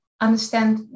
understand